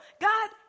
God